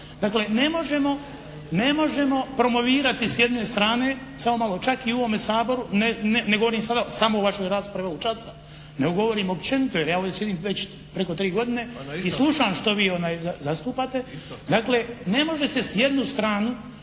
Dakle, ne možemo promovirati s jedne strane, samo malo, čak i u ovome Saboru. Ne govorim sada samo o vašoj raspravi ovog časa nego govorim općenito jer ja ovdje sjedim već preko tri godine i slušam što vi zastupate. Dakle, ne može se s jedne strane